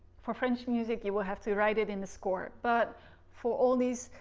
for french music you will have to write it in the score. but for all these.